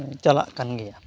ᱪᱟᱞᱟᱜ ᱠᱟᱱ ᱜᱮᱭᱟ